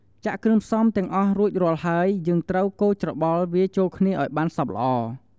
ចាក់គ្រឿងផ្សំទាំងអស់រួចរាល់ហើយ យើងត្រូវកូរច្របល់វាចូលគ្នាឲ្យបានសព្វល្អ។